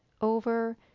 over